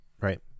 right